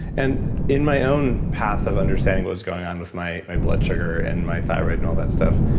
and in my own path of understanding what was going on with my my blood sugar and my thyroid and all that stuff,